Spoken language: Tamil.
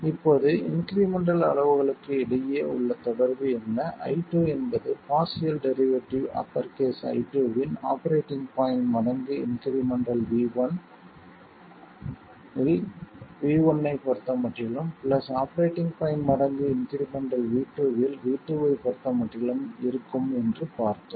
இப்போது இன்க்ரிமெண்டல் அளவுகளுக்கு இடையே உள்ள தொடர்பு என்ன i2 என்பது partial derivative upper case I2 வின் ஆபரேட்டிங் பாய்ண்ட் மடங்கு இன்க்ரிமெண்டல் V1 இல் V1 ஐப் பொறுத்தமட்டிலும் பிளஸ் ஆபரேட்டிங் பாய்ண்ட் மடங்கு இன்க்ரிமெண்டல் V2 இல் V2 ஐப் பொறுத்தமட்டிலும் இருக்கும் என்று பார்த்தோம்